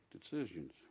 decisions